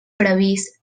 previst